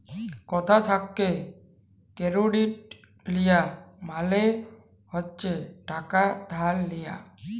কথা থ্যাকে কেরডিট লিয়া মালে হচ্ছে টাকা ধার লিয়া